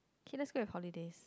okay let's go with holidays